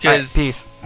peace